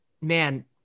man